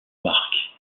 marques